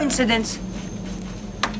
coincidence